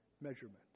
measurement